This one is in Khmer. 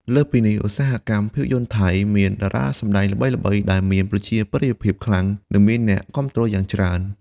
លើសពីនេះ ឧស្សាហកម្មភាពយន្តថៃមាន តារាសម្តែងល្បីៗ ដែលមានប្រជាប្រិយភាពខ្លាំង និងមានអ្នកគាំទ្រយ៉ាងច្រើន។